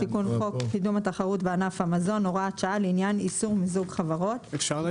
מתי אפשר להעיר אדוני היושב ראש?